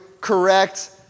correct